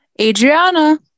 adriana